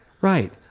Right